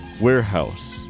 warehouse